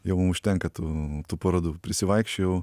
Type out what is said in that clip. jau mum užtenka tų parodų prisivaikščiojau